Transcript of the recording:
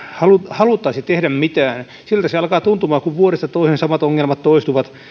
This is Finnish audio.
haluttaisi tehdä mitään siltä se alkaa tuntumaan kun vuodesta toiseen samat ongelmat toistuvat